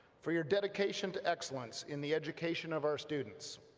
for your dedication to excellence in the education of our students